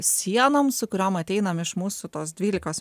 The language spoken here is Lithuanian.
sienom su kurioms ateinam iš mūsų tos dvylikos